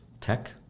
tech